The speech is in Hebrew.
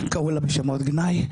קראו לה בשמות גנאי,